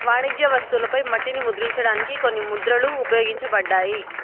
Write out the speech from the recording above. వాణిజ్య వస్తువులపై మట్టిని ముద్రించడానికి కొన్ని ముద్రలు ఉపయోగించబడ్డాయి